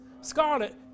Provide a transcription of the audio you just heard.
scarlet